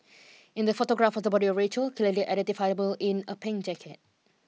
in the photograph of the body of Rachel clearly identifiable in a pink jacket